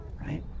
right